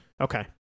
Okay